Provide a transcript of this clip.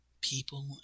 people